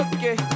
Okay